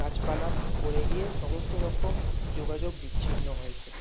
গাছপালা পড়ে গিয়ে সমস্ত রকম যোগাযোগ বিচ্ছিন্ন হয়েছে